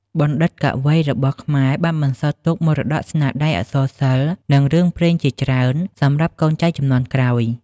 បណ្ឌិត កវីរបស់ខ្មែរបានបន្សល់ទុកមរតកស្នាដៃអក្សរសិល្ប៍ និងរឿងព្រេងជាច្រើនសម្រាប់កូនចៅជំនាន់ក្រោយ។